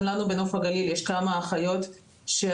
גם לנו בנוף הגליל יש כמה אחיות שהתעודות